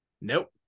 Nope